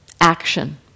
action